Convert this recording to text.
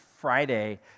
Friday